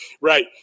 right